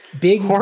big